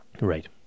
right